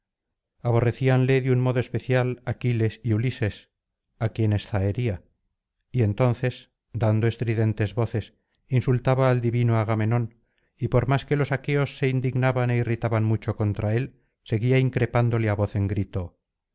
aborrecíanle de un modo especial aquiles y ulises á quienes zahería y entonces dando estridentes voces insultaba al divino agamenón y por más que los aqueos se indignaban é irritaban mucho contra él seguía increpándole á voz en grito